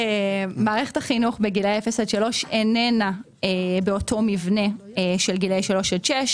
מערכת החינוך בגילאי אפס עד שלוש איננה באותו מבנה של גילאי שלוש עד שש.